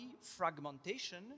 fragmentation